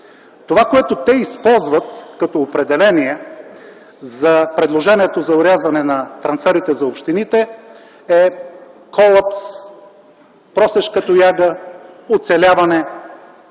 Това, което те използват като определение за предложението за орязване на трансферите за общините, е „колапс”, „просешка тояга”, „оцеляване”.